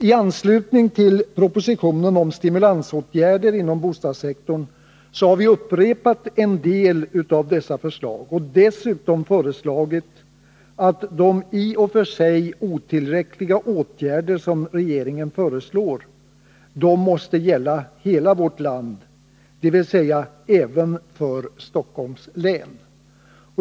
I anslutning till propositionen om stimulansåtgärder inom bostadssektorn har vi upprepat en del av dessa förslag och dessutom föreslagit att de i och för sig otillräckliga åtgärder som regeringen föreslår skall gälla hela vårt land, alltså även Stockholms län.